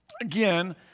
again